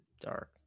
dark